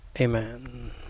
Amen